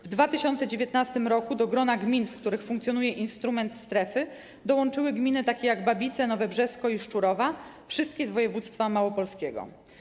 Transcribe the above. W 2019 r. do grona gmin, w których funkcjonuje instrument strefy, dołączyły gminy takie jak Babice, Nowe Brzesko i Szczurowa, wszystkie z województwa małopolskiego.